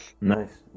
nice